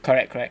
correct correct